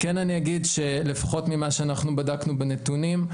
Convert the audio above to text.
אני אגיד שלפחות ממה שאנחנו בדקנו בנתונים,